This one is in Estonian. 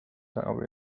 abil